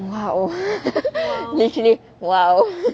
!wow! literally !wow!